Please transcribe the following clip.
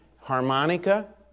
harmonica